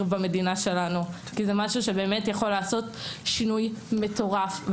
במדינה שלנו כי זה משהו שיכול לעשות שינוי מטורף.